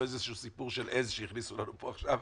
איזה סיפור של עז שהכניסו לנו פה עכשיו,